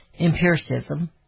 empiricism